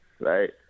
Right